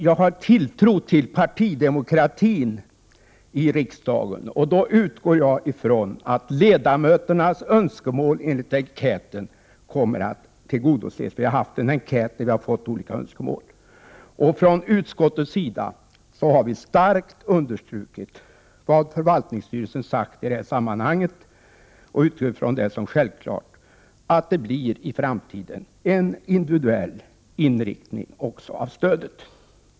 Jag har tilltro till partidemokratin i riksdagen, och jag utgår från att ledamöternas önskemål enligt den enkät som vi har haft utsänd kommer att tillmötesgås. Utskottet har starkt understrukit vad förvaltningsstyrelsen sagt i detta sammanhang, och vi räknar självfallet med att det i framtiden blir en individuell inriktning av stödet.